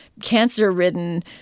cancer-ridden